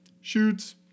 Shoots